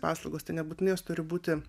paslaugos tai nebūtinai jos turi būti